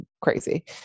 crazy